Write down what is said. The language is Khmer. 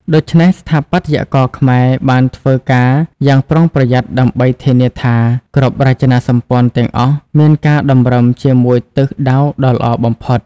ដូច្នេះ ស្ថាបត្យករខ្មែរបានធ្វើការយ៉ាងប្រុងប្រយ័ត្នដើម្បីធានាថាគ្រប់រចនាសម្ព័ន្ធទាំងអស់មានការតម្រឹមជាមួយទិសដៅដ៏ល្អបំផុត។